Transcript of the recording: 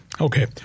Okay